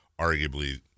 arguably